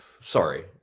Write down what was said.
Sorry